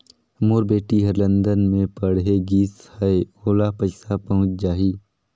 मोर बेटी हर लंदन मे पढ़े गिस हय, ओला पइसा पहुंच जाहि?